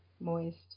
Moist